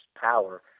power